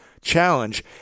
challenge